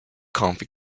comfy